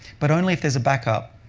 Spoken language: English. but only if there's a backup.